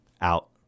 out